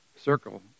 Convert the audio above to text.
circle